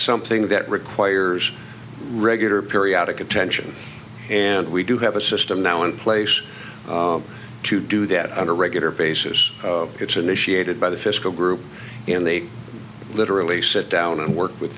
something that requires regular periodic attention and we do have a system now in place to do that on a regular basis it's initiated by the fiscal group and they literally sit down and work with